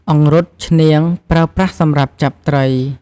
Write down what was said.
អង្រុត ឈ្នាង បករើប្រាស់សម្រាប់ចាប់ត្រី។